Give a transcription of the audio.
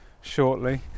shortly